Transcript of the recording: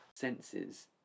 Senses